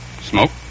Smoke